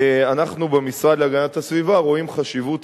אנחנו במשרד להגנת הסביבה רואים חשיבות